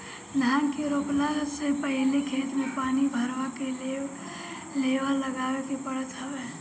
धान के रोपला से पहिले खेत में पानी भरवा के लेव लगावे के पड़त हवे